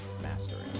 mastering